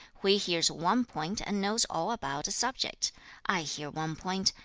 hui hears one point and knows all about a subject i hear one point,